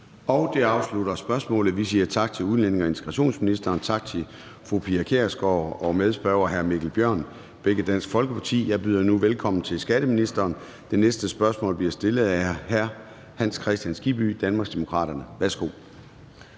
Det afslutter spørgsmålet. Vi siger tak til udlændinge- og integrationsministeren. Tak til fru Pia Kjærsgaard og medspørger hr. Mikkel Bjørn, begge fra Dansk Folkeparti. Jeg byder nu velkommen til skatteministeren. Det næste spørgsmål bliver stillet af hr. Hans Kristian Skibby, Danmarksdemokraterne. Kl.